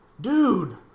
Dude